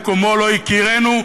מקומו לא יכירנו,